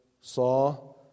saw